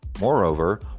Moreover